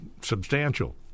substantial